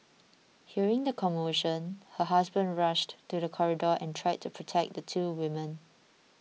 hearing the commotion her husband rushed to the corridor and tried to protect the two women